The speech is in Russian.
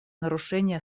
нарушения